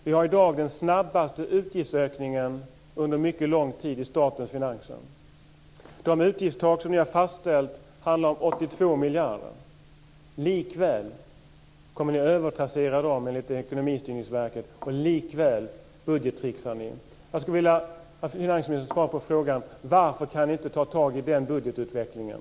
Vi har i dag den snabbaste utgiftsökningen under mycket lång tid i statens finanser. De utgiftstak som ni har fastställt handlar om 82 miljarder. Likväl kommer ni att övertrassera det enligt Ekonomistyrningsverket, och likväl budgettricksar ni. Jag skulle vilja att finansministern svarar på frågan: Varför kan ni inte ta tag i den budgetutvecklingen?